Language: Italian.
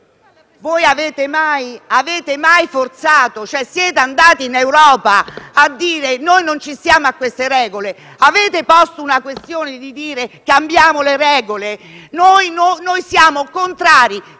voi avete mai forzato? Siete andati in Europa a dire che non ci state a queste regole? Avete posto una questione per cambiare le regole? Noi siamo contrari